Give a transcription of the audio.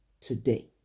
today